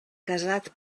casat